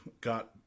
got